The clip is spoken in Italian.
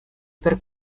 per